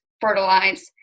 fertilize